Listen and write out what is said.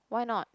why not